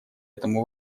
этому